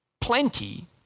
plenty